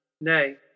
nay